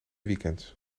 weekends